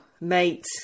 mate